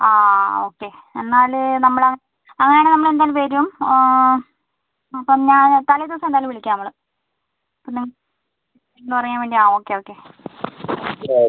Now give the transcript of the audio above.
ആ ആ ഓക്കെ എന്നാൽ നമ്മൾ അങ്ങനെ ആണെങ്കിൽ നമ്മൾ എന്തായാലും വരും അപ്പം എന്താണെന്ന് തലേ ദിവസം എന്തായാലും വിളിക്കാം നമ്മൾ അപ്പം നി അതിനെ കുറിച്ചൊന്ന് പറയാൻ വേണ്ടി ആ ഓക്കെ ഓക്കെ ഓക്കെ